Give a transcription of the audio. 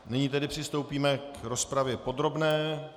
Nyní tedy přistoupíme k rozpravě podrobné.